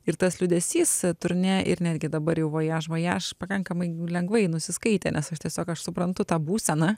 ir tas liūdesys turnė ir netgi dabar jau vojaž vojaž pakankamai lengvai nusiskaitė nes aš tiesiog aš suprantu tą būseną